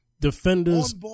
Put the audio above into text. defenders